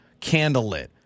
candlelit